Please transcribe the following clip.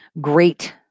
great